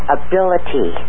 ability